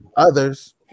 Others